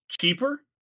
cheaper